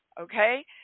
Okay